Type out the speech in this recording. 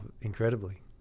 Incredibly